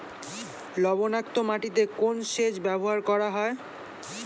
লবণাক্ত মাটিতে কোন সেচ ব্যবহার করা হয়?